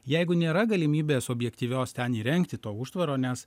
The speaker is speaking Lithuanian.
jeigu nėra galimybės objektyvios ten įrengti to užtvaro nes